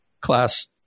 Class